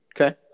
Okay